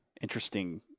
interesting